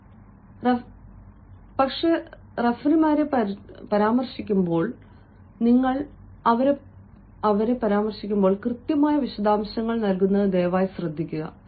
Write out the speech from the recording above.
അതിനാൽ റഫറിമാരെ പരാമർശിക്കുക പക്ഷേ റഫറിമാരെ പരാമർശിക്കുമ്പോൾ നിങ്ങൾ അവരെ പരാമർശിക്കുമ്പോൾ കൃത്യമായ വിശദാംശങ്ങൾ നൽകുന്നത് ദയവായി ശ്രദ്ധിക്കുക